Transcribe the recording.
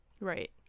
right